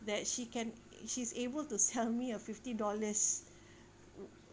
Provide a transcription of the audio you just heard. that she can she's able to sell me a fifty dollars